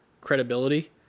credibility